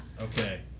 Okay